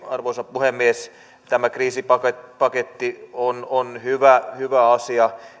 arvoisa puhemies lopuksi tämä kriisipaketti on on hyvä hyvä asia